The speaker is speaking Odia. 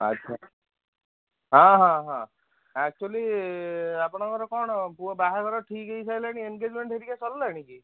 ଆଚ୍ଛା ହଁ ହଁ ହଁ ଆକ୍ଚୁଆଲି ଆପଣଙ୍କର କ'ଣ ପୁଅ ବାହାଘର ଠିକ୍ ହେଇସାରିଲାଣି ଏନ୍ଗେଜମେଣ୍ଟ ହେରିକା ସରିଲାଣି କି